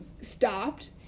stopped